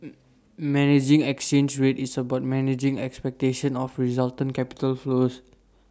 managing exchange rate is about managing expectation of resultant capital flows